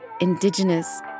indigenous